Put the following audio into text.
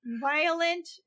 Violent